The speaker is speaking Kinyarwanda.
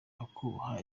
akubaha